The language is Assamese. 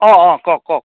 অঁ অঁ কওঁক কওঁক